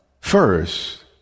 first